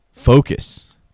Focus